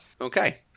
Okay